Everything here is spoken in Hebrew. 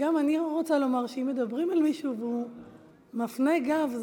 וגם אני רוצה לומר שאם מדברים אל מישהו והוא מפנה גב,